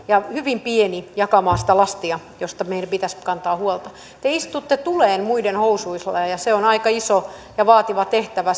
ja hyvin pieni jakamaan sitä lastia josta meidän pitäisi kantaa huolta te istutte tuleen muiden housuilla ja ja se on aika iso ja vaativa tehtävä